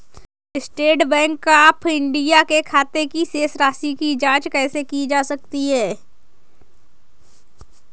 State Bank of India के खाते की शेष राशि की जॉंच कैसे की जा सकती है?